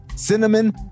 cinnamon